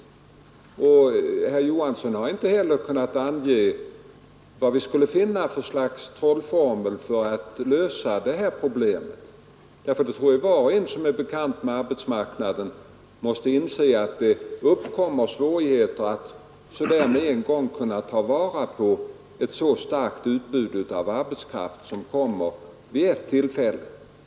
Inte heller herr Johansson i Skärstad har kunnat ange något slags trollformel för att lösa detta problem. Var och en som är bekant med arbetsmarknaden måste inse, att det uppkommer svårigheter att med en gång ta till vara ett så starkt utbud av arbetskraft som förekommer en gång om året.